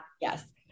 Yes